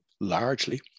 Largely